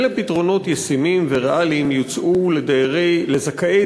אילו פתרונות ישימים וריאליים יוצעו לזכאי